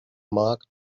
mark